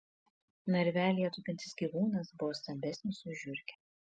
narvelyje tupintis gyvūnas buvo stambesnis už žiurkę